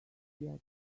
yet